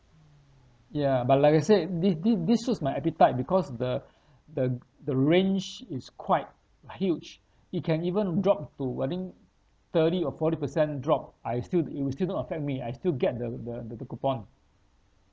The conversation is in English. ya but like I said thi~ thi~ this suits my appetite because the the the range is quite huge it can even drop to I think thirty or forty percent drop I still it will still not affect me I still get the the the coupon